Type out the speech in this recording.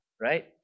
Right